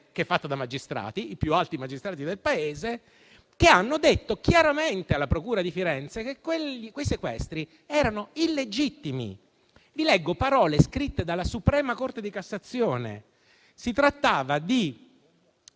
che è fatta da magistrati, i più alti magistrati del Paese, che hanno detto chiaramente alla procura di Firenze che quei sequestri erano illegittimi. Vi leggo parole scritte dalla Suprema corte di cassazione: si trattava di